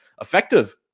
effective